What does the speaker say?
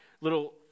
little